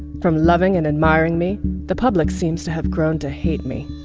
from loving and admiring me the public seems to have grown to hate me.